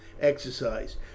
exercise